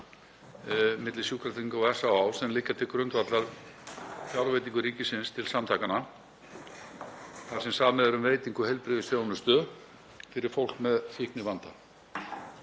milli Sjúkratrygginga og SÁÁ sem liggja til grundvallar fjárveitingum ríkisins til samtakanna þar sem samið er um veitingu heilbrigðisþjónustu fyrir fólk með fíknivanda.